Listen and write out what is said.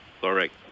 Correct